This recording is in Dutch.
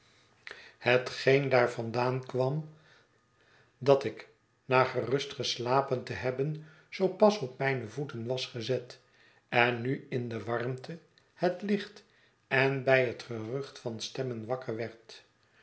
hetgeen daar vandaan kwam dat ik na gerust geslapen te hebben zoo pas op mijne voeten was gezet en nu in de warmte het licht en by het gerucht van stemmen wakker werd